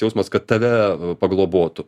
jausmas kad tave paglobotų